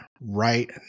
right